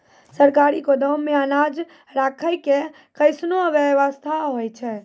सरकारी गोदाम मे अनाज राखै के कैसनौ वयवस्था होय छै?